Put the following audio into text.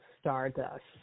stardust